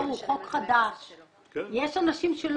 יש גורמים שכלולים בהגדרה של פעיל טרור